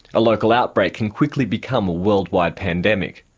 a local outbreak can quickly become a worldwide pandemic.